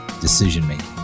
decision-making